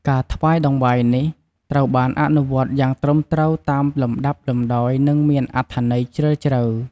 ការថ្វាយតង្វាយនេះ ត្រូវបានអនុវត្តន៍យ៉ាងត្រឹមត្រូវតាមលំដាប់លំដោយ និងមានអត្ថន័យជ្រាលជ្រៅ។